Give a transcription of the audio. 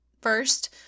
First